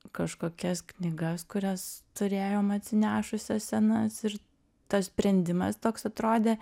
kažkokias knygas kurias turėjom atsinešusias senas ir tas sprendimas toks atrodė